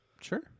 Sure